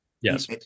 Yes